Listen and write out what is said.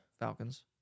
Falcons